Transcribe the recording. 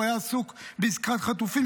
הוא היה עסוק בעסקת חטופים,